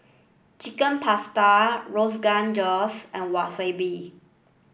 Chicken Pasta Rogan Josh and Wasabi